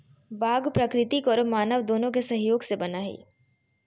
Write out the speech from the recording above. बाग प्राकृतिक औरो मानव दोनों के सहयोग से बना हइ